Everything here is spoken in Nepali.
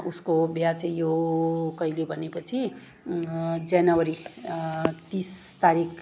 उसको बिहा चाहिँ यो कहिँले भनेपछि जनवरी तिस तारिख